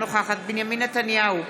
אינה נוכחת בנימין נתניהו,